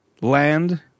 land